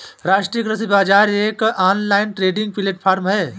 राष्ट्रीय कृषि बाजार एक ऑनलाइन ट्रेडिंग प्लेटफॉर्म है